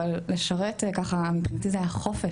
אבל לשרת ככה מבחינתי זה היה חופש,